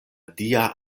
dia